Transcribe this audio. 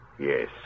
Yes